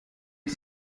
est